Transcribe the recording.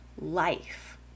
life